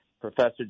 Professor